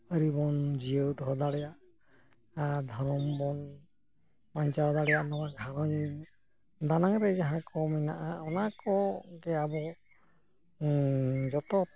ᱟᱹᱨᱤᱵᱚᱱ ᱡᱤᱭᱟᱹᱣ ᱫᱚᱦᱚ ᱫᱟᱲᱮᱭᱟᱜᱼᱟ ᱟᱨ ᱫᱷᱚᱨᱚᱢ ᱵᱚᱱ ᱵᱟᱧᱪᱟᱣ ᱫᱟᱲᱮᱭᱟᱜ ᱱᱚᱣᱟ ᱜᱷᱟᱨᱚᱸᱡᱽ ᱫᱟᱱᱟᱝ ᱨᱮ ᱡᱟᱦᱟᱸ ᱠᱚ ᱢᱮᱱᱟ ᱠᱟ ᱚᱱᱟ ᱠᱚᱜᱮ ᱟᱵᱚ ᱡᱚᱛᱚ